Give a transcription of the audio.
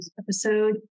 episode